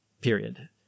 Period